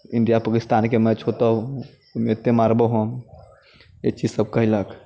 India पाकिस्तानके match होतौ ओइमे एते मारबो हम अइ चीज सब कहलक